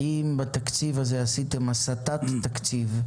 האם בתקציב הזה הסטתם תקציב?